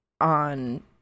on